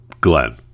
Glenn